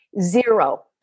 Zero